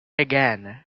again